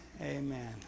Amen